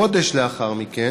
חודש אחר מכך